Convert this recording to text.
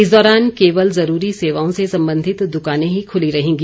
इस दौरान केवल जरूरी सेवाओं से संबंधित दुकानें ही खुली रहेंगी